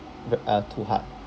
b~ uh too hard